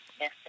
Yes